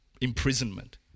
imprisonment